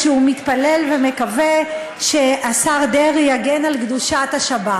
שהוא מתפלל ומקווה שהשר דרעי יגן על קדושת השבת.